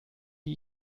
die